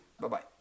Bye-bye